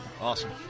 Awesome